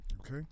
Okay